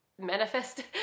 manifest